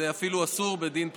זה אפילו אסור בדין הפלילי.